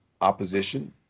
opposition